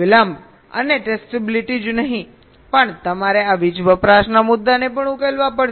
વિલંબ અને ટેસ્ટિબિલિટી જ નહીં પણ તમારે આ વીજ વપરાશના મુદ્દાને પણ ઉકેલવા પડશે